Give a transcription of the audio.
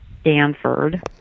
Stanford